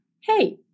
Hey